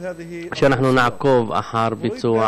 ואנחנו נעקוב אחר ביצוע